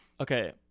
okay